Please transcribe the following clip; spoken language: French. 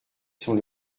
sont